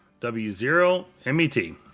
W0MET